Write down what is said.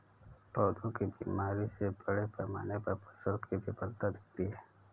पौधों की बीमारी से बड़े पैमाने पर फसल की विफलता दिखती है